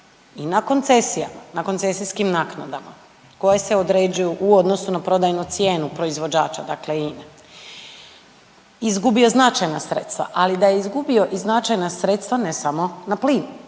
na koncesijskim naknadama koje se određuju u odnosu na prodajnu cijenu proizvođača dakle INE izgubio značajna sredstva, ali da je izgubio i značajna sredstva ne samo na plinu,